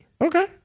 Okay